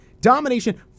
Domination